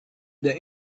the